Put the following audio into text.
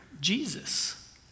Jesus